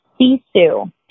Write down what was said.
sisu